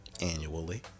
Annually